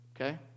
okay